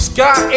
Sky